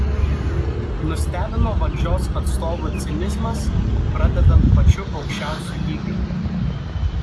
nustebino valdžios atstovų cinizmas pradedant pačiu aukščiausiu lygiu